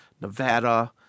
Nevada